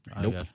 Nope